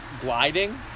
gliding